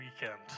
weekend